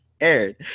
aired